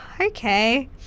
Okay